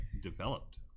developed